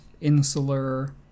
insular